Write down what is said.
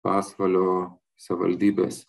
pasvalio savivaldybės